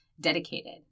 dedicated